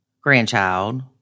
grandchild